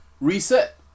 reset